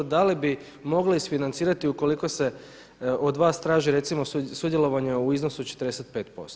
Da li bi mogli isfinancirati ukoliko se od vas traži recimo sudjelovanje u iznosu od 45%